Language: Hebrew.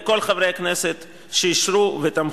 כיוון לחלוטין בהובלה של כל התחום הזה